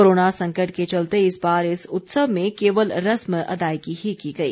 corona संकट के चलते इस बार इस उत्सव में केवल रस्म अदायगी ही की गई